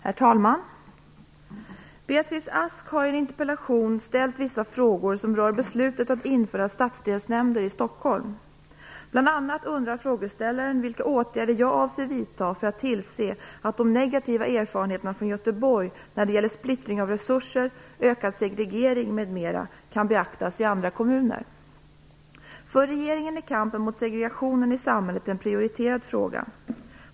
Herr talman! Beatrice Ask har i en interpellation ställt vissa frågor som rör beslutet att införa stadsdelsnämnder i Stockholm. Bl.a. undrar frågeställaren vilka åtgärder jag avser vidta för att tillse att de negativa erfarenheterna från Göteborg när det gäller splittring av resurser, ökad segregering m.m. kan beaktas i andra kommuner. För regeringen är kampen mot segregationen i samhället en prioriterad fråga.